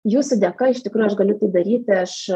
jūsų dėka iš tikrų aš galiu daryti aš